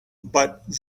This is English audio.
but